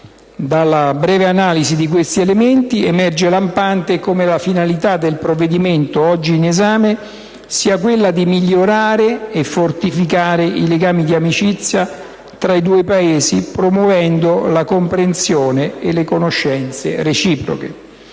Dalla breve analisi di questi elementi emerge lampante come la finalità del provvedimento oggi in esame sia quella di migliorare e fortificare i legami di amicizia tra i due Paesi, promuovendo la comprensione e le conoscenze reciproche.